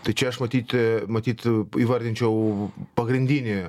tai čia aš matyt matyt įvardinčiau pagrindinį